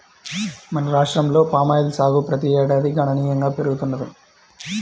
మన రాష్ట్రంలో పామాయిల్ సాగు ప్రతి ఏడాదికి గణనీయంగా పెరుగుతున్నది